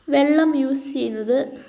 വെള്ളം യൂസ് ചെയ്യുന്നത്